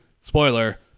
spoiler